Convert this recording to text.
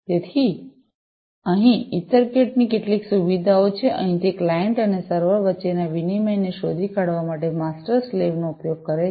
તેથી અહીં ઇથરકેટની કેટલીક સુવિધાઓ છે અહીં તે ક્લાયંટ અને સર્વર વચ્ચેના વિનિમયને શોધી કાઢવા માટે માસ્ટર સ્લેવ પ્રોટોકોલનો ઉપયોગ કરે છે